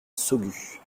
saugues